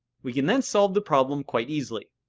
we can then solve the problem quite easily.